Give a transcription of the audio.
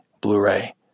Blu-ray